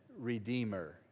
redeemer